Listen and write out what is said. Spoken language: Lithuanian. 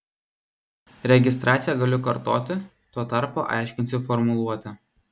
registraciją galiu kartoti tuo tarpu aiškinsiu formuluotę